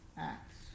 Acts